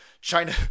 China